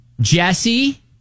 Jesse